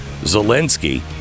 Zelensky